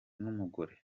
n’umugore